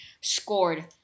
scored